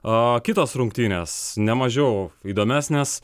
kitos rungtynės ne mažiau įdomesnės